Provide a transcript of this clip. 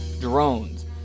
drones